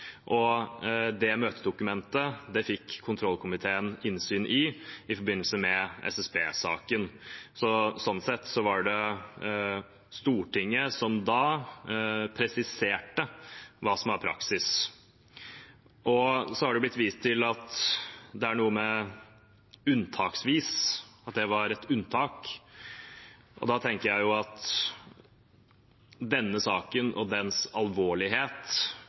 Det møtedokumentet fikk kontrollkomiteen innsyn i i forbindelse med SSB-saken. Sånn sett var det da Stortinget som presiserte hva som var praksis. Det er blitt vist til at det var et unntak, og da tenker jeg at denne saken og dens alvorlighet